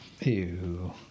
Ew